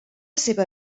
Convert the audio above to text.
seva